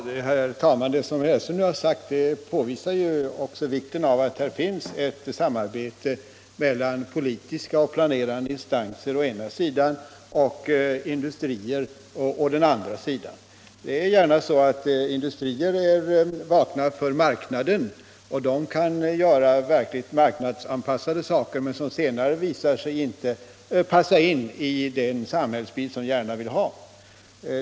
Herr talman! Det som herr Hellström nu sagt visar också vikten av att det finns ett samarbete mellan politiska och planerande instanser å ena sidan och industrier å den andra. Industrierna är ofta vakna för marknaden och kan göra verkligt marknadsanpassade saker, som senare dock visar sig inte passa in i den samhällsbild som vi gärna vill ha.